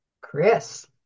Chris